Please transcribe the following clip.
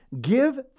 give